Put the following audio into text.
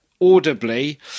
audibly